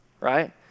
right